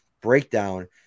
breakdown